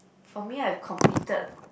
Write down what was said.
for me I completed